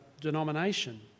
denomination